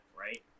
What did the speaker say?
right